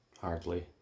Hardly